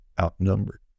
outnumbered